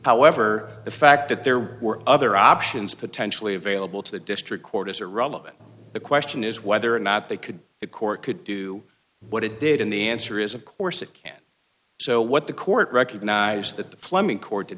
however the fact that there were other options potentially available to the district court is irrelevant the question is whether or not they could the court could do what it did in the answer is of course it can't so what the court recognized that the fleming court did